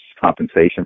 compensation